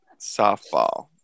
softball